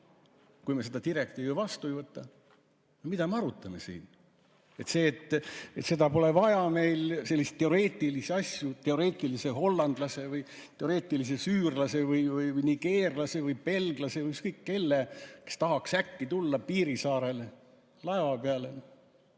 kui me seda direktiivi vastu ei võta, siis no mida me arutame siin? Meil pole vaja selliseid teoreetilisi asju, teoreetilist hollandlast või teoreetilist süürlast või nigeerlast või belglast või ükskõik keda, kes tahaks äkki tulla Piirissaare laeva peale.